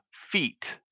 feet